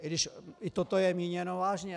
i když i toto je míněno vážně.